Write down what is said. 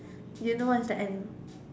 do you what's the animal